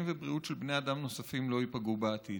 ובריאות של בני אדם נוספים לא ייפגעו בעתיד.